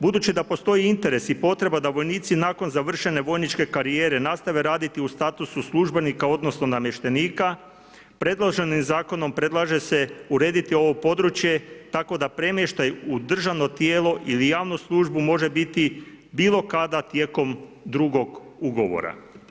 Budući da postoji interes i potreba da vojnici nakon završene vojničke karijere nastave raditi u statusu službenika, odnosno namještenika, predloženim Zakonom predlaže se urediti ovo područje tako da premještaj u državno tijelo ili javnu službu može biti bilo kada tijekom drugog ugovora.